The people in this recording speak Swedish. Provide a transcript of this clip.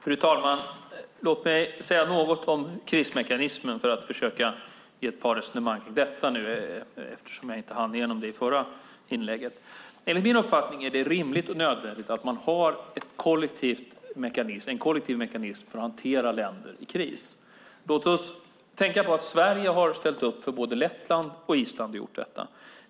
Fru talman! Låt mig resonera något om krismekanismen eftersom jag inte hann med det i mitt förra inlägg. Enligt min uppfattning är det rimligt och nödvändigt att ha en kollektiv mekanism för att hantera länder i kris. Låt oss tänka på att Sverige har ställt upp för både Lettland och Island.